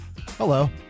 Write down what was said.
hello